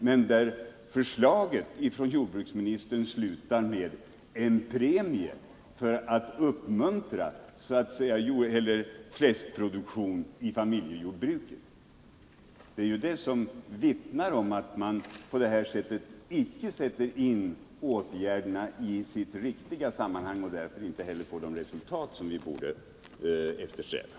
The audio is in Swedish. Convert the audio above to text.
Men förslaget från jordbruksministern resulterar i en premie för att uppmuntra fläskproduktion i familjejordbruket. Det vittnar om att man icke sätter in åtgärderna i deras riktiga sammanhang. Därför får vi inte heller det resultat som vi borde eftersträva.